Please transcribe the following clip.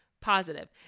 positive